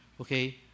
Okay